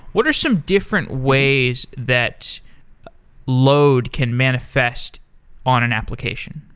what are some different ways that load can manifest on an application?